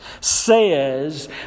says